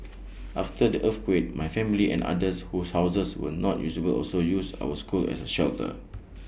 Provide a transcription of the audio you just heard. after the earthquake my family and others whose houses were not usable also used our school as A shelter